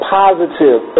positive